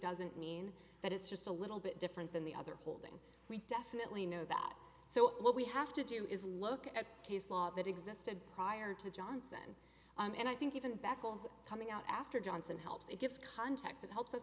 doesn't mean that it's just a little bit different than the other holding we definitely know that so what we have to do is look at case law that existed prior to johnson and i think even beccles coming out after johnson helps it gives context and helps us